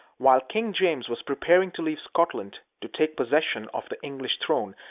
while king james was preparing to leave scotland, to take possession of the english throne,